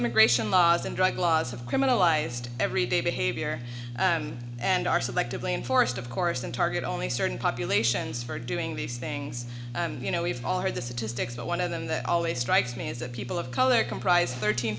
immigration laws and drug laws of criminalized every day behavior and are selectively enforced of course and target only certain populations for doing these things you know we've all heard the statistics but one of them that always strikes me is that people of color comprise thirteen